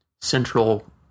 central